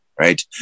Right